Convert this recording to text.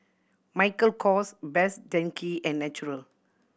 Michael Kors Best Denki and Natural